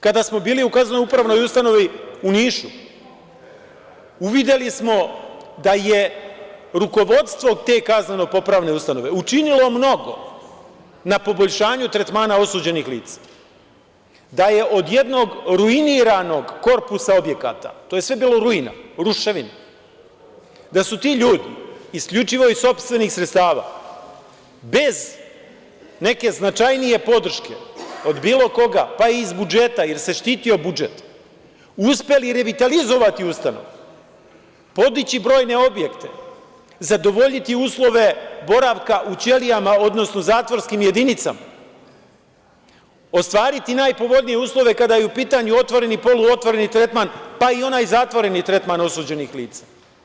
Kada smo bili u kazneno-popravnoj ustanovi u Nišu, uvideli smo da je rukovodstvo te kazneno-popravne ustanove učinilo mnogo na poboljšanju tretmana osuđenih lica, da je od jednog ruiniranog korpusa objekata, to je sve bilo ruina, ruševina, da su ti ljudi isključivo iz sopstvenih sredstava, bez neke značajnije podrške od bilo koga, pa i iz budžeta, jer se štitio budžet, uspeli revitalizovati ustanove, podići brojne objekte, zadovoljiti uslove boravka u ćelijama, odnosno zatvorskim jedinicama, ostvariti najpovoljnije uslove kada je u pitanju otvoreni i poluotvoreni tretman, pa i onaj zatvoreni tretman osuđenih lica.